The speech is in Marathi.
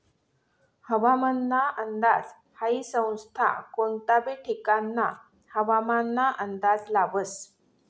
हवामानना अंदाज हाई संस्था कोनता बी ठिकानना हवामानना अंदाज लावस